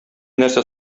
нәрсә